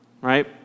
right